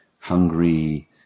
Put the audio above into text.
hungry